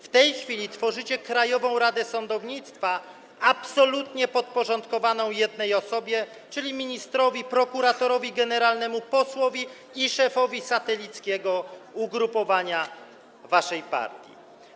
W tej chwili tworzycie Krajową Radę Sądownictwa absolutnie podporządkowaną jednej osobie, czyli ministrowi, prokuratorowi generalnemu, posłowi i szefowi satelickiego ugrupowania waszej partii.